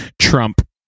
Trump